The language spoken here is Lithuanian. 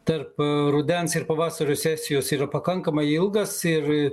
tarp rudens ir pavasario sesijos yra pakankamai ilgas ir